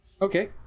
Okay